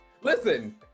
Listen